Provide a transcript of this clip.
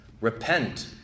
Repent